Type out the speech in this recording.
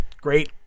great